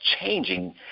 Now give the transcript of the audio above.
changing